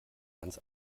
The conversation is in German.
ganz